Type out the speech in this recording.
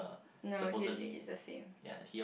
no he'll it's the same